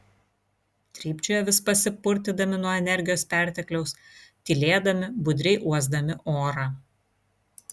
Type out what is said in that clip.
trypčiojo vis pasipurtydami nuo energijos pertekliaus tylėdami budriai uosdami orą